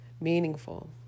meaningful